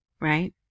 right